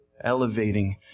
Elevating